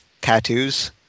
tattoos